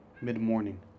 mid-morning